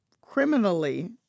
criminally